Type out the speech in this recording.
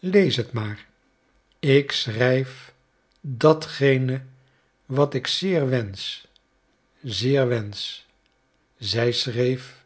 lees het maar ik schrijf datgene wat ik zeer wensch zeer wensch zij schreef